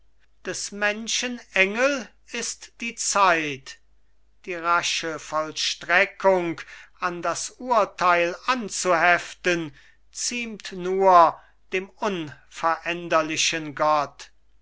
des menschen engel ist die zeit die rasche vollstreckung an das urteil anzuheften ziemt nur dem unveränderlichen gott